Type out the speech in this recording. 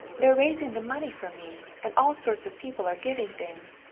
they're raising the money for me, and all sorts of people are giving things.